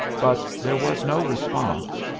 but there was no response,